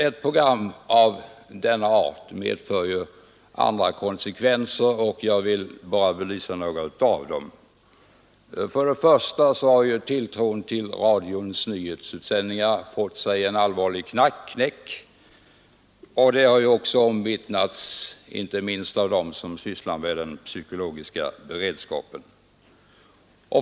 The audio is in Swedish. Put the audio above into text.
Ett program av denna art medför ju också andra konsekvenser, och jag vill här belysa några av dem. För det första har tilltron till radions nyhetsutsändningar fått sig en allvarlig knäck. Detta har omvittnats, inte minst av dem som sysslar med den psykologiska beredskapen.